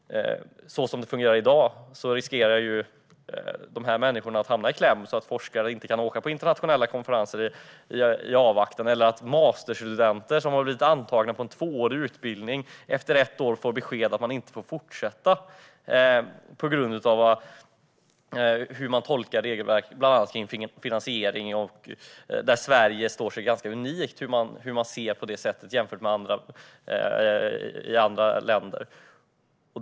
Så som det fungerar i dag riskerar dessa personer att hamna i kläm. Forskare kan inte åka på internationella konferenser, och masterstudenter som blivit antagna på en tvåårig utbildning får besked efter ett år att de inte får fortsätta på grund av hur regelverket tolkas om bland annat finansiering. Sverige är ganska unikt i hur man ser på detta jämfört med andra länder.